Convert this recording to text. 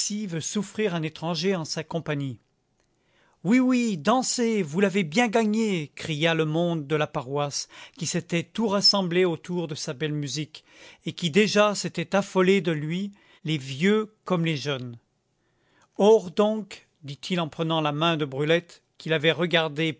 veut souffrir un étranger en sa compagnie oui oui dansez vous l'avez bien gagné cria le monde de la paroisse qui s'était tout rassemblé autour de sa belle musique et qui déjà s'était affolé de lui les vieux comme les jeunes or donc dit-il en prenant la main de brulette qu'il avait regardée